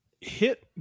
hit